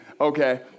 okay